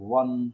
one